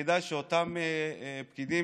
וכדאי שאותם פקידים,